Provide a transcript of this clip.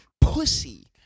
Pussy